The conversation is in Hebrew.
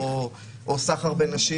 סחר בנשים,